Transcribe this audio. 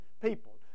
people